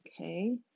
okay